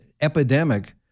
epidemic